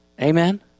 Amen